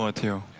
to.